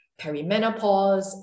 perimenopause